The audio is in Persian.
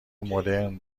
مدرن